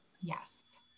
Yes